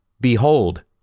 Behold